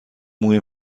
موی